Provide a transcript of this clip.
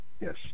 Yes